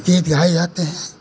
गीत गाए जाते हैं